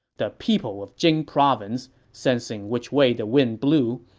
the people of jing province, sensing which way the wind blew,